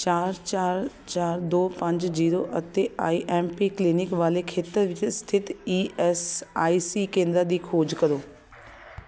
ਚਾਰ ਚਾਰ ਚਾਰ ਦੋ ਪੰਜ ਜੀਰੋ ਅਤੇ ਆਈ ਐੱਮ ਪੀ ਕਲੀਨਿਕ ਵਾਲੇ ਖੇਤਰ ਵਿੱਚ ਸਥਿਤ ਈ ਐੱਸ ਆਈ ਸੀ ਕੇਂਦਰ ਦੀ ਖੋਜ ਕਰੋ